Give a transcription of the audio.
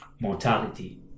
mortality